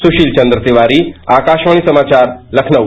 सुशील चन्द्र तिवारी आकाशवाणी समाचार लखनऊ